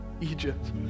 Egypt